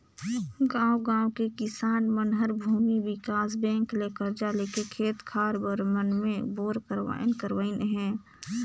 गांव गांव के किसान मन हर भूमि विकास बेंक ले करजा लेके खेत खार मन मे बोर करवाइन करवाइन हें